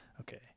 Okay